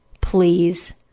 Please